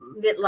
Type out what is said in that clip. midlife